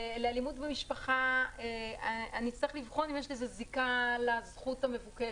לאלימות במשפחה אני אצטרך לבחון אם יש לזה זיקה לזכות המבוקשת.